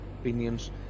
opinions